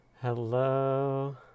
Hello